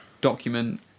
Document